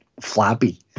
flabby